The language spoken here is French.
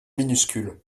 minuscule